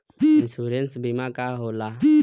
Insurance बीमा का होला?